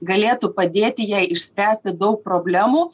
galėtų padėti jai išspręsti daug problemų